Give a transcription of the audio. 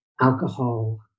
alcohol